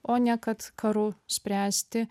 o ne kad karu spręsti